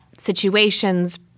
situations